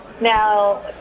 now